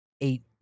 Eight